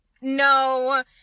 no